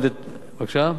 כן.